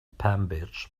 pambiche